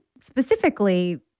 specifically